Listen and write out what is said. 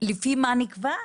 לפי מה נקבע?